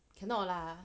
cannot lah